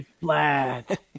flat